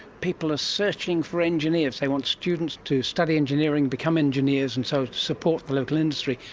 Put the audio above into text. people are searching for engineers, they want students to study engineering, become engineers and so support the local industry,